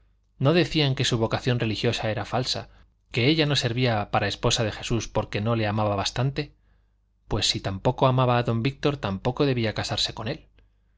no decían que su vocación religiosa era falsa que ella no servía para esposa de jesús porque no le amaba bastante pues si tampoco amaba a don víctor tampoco debía casarse con él